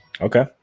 Okay